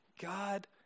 God